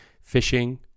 fishing